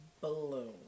balloon